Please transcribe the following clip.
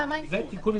החדש (הוראת שעה) (הגבלת פעילות והוראות נוספות)(תיקון מס'